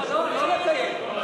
לא, לא, לא לקיים.